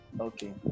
Okay